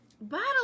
Bottle